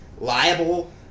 liable